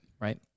right